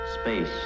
Space